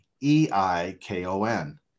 E-I-K-O-N